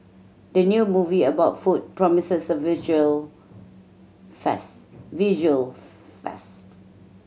the new movie about food promises a visual visual feast